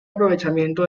aprovechamiento